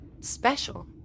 special